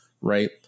right